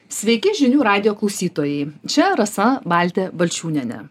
sveiki žinių radijo klausytojai čia rasa baltė balčiūnienė